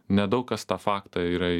nedaug kas į tą faktą yra